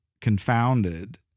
confounded